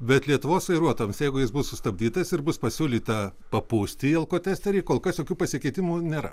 bet lietuvos vairuotojams jeigu jis bus sustabdytas ir bus pasiūlyta papūsti į alkotesterį kol kas jokių pasikeitimų nėra